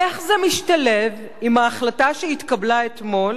איך זה משתלב עם ההחלטה שהתקבלה אתמול